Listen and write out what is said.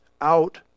out